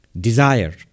Desire